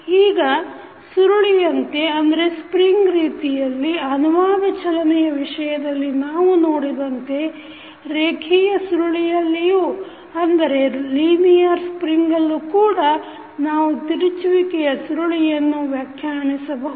ಈಗ ಸುರುಳಿಯಂತೆ ಅನುವಾದ ಚಲನೆಯ ವಿಷಯದಲ್ಲಿ ನಾವು ನೋಡಿದಂತೆ ರೇಖಿಯ ಸುರುಳಿಯಲ್ಲಿಯೂ ಕೂಡ ನಾವು ತಿರುಚಿದ ಸುರುಳಿಯನ್ನು ವ್ಯಾಖ್ಯಾನಿಸಬಹುದು